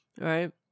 Right